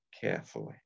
carefully